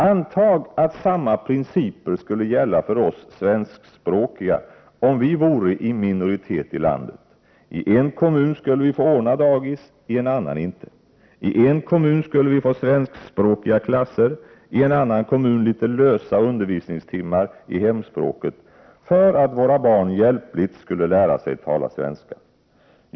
Anta att samma principer skulle gälla för oss svenskspråkiga om vi vore i minoritet i landet: I en kommun skulle vi ordna dagis, i en annan inte; i en kommun skulle vi få svenskspråkiga klasser, i en annan kommun skulle vi få några lösa undervisningstimmar i hemspråket för att våra barn hjälpligt skulle lära sig att tala svenska.